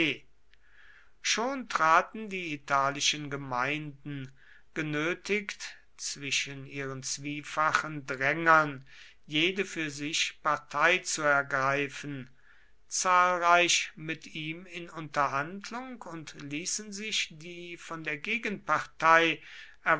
schon traten die italischen gemeinden genötigt zwischen ihren zwiefachen drängern jede für sich partei zu ergreifen zahlreich mit ihm in unterhandlung und ließen sich die von der